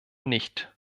nicht